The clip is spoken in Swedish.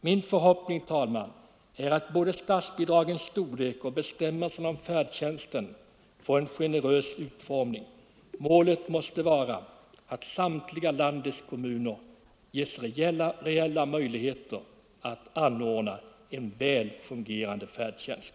Min förhoppning, herr talman, är att både statsbidragens storlek och bestämmelserna om färdtjänsten får en generös utformning. Målet måste vara att samtliga landets kommuner ges reella möjligheter att anordna en väl fungerande färdtjänst.